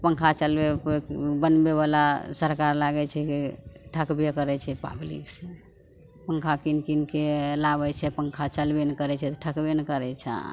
पन्खा चलबै बनबैवला सरकार लागै छै कि ठकबे करै छै पबलिकसे पन्खा किनि किनिके लाबै छै पन्खा चलबे नहि करै छै तऽ ठकबे ने करै छै